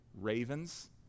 Ravens